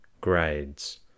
grades